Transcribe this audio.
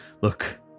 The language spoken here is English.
Look